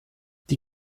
die